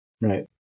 Right